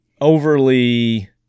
overly